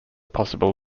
possible